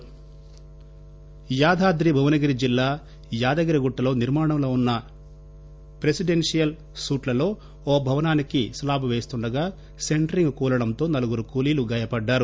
ప్రమాదం యాదాద్రి భువనగిరి జిల్లా యాదగిరిగుట్టలో నిర్మాణంలో ఉన్న ప్రెసిడెన్నియల్ సూట్లలో ఓ భవనానికి స్లాబ్ వేస్తుండగా సెంట్రింగ్ కూలడంతో నలుగురు కూలీలు గాయపడ్డారు